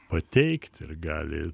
pateikt ir gali